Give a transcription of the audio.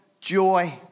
joy